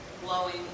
glowing